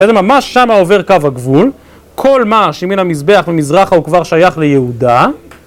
זה ממש שמה עובר קו הגבול, כל מה שמין המזבח ומזרחה הוא כבר שייך ליהודה.